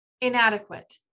inadequate